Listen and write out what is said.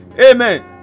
Amen